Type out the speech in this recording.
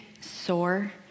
sore